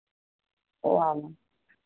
ओ